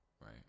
right